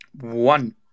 One